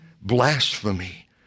blasphemy